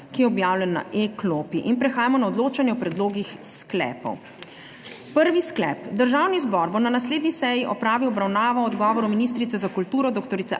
ki je objavljen na e-klopi. Prehajamo na odločanje o predlogih sklepov. Prvi sklep: Državni zbor bo na naslednji seji opravil obravnavo o odgovoru ministrice za kulturo dr.